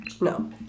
No